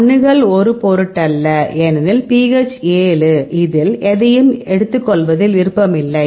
அணுகல் ஒரு பொருட்டல்ல ஏனெனில் pH 7 இல் எதையும் எடுத்துக்கொள்வதில் விருப்பமில்லை